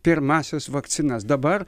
pirmąsias vakcinas dabar